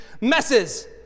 messes